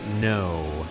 no